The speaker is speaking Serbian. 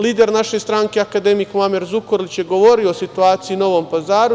Lider naše stranke, akademik Muamer Zukorlić, je govorio o situaciji u Novom Pazaru.